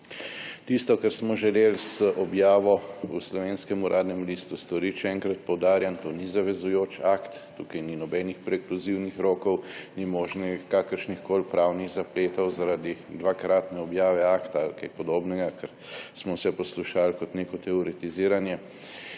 Tisto, kar smo želeli z objavo v slovenskem Uradnem listu storiti – še enkrat poudarjam, to ni zavezujoč akt, tukaj ni nobenih prekluzivnih rokov, ni možnih kakršnihkoli pravnih zapletov zaradi dvakratne objave akta ali česa podobnega, kar smo vse poslušali kot neko teoretiziranje.